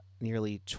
nearly